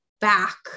back